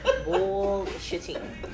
bullshitting